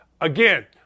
Again